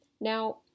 Now